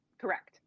Correct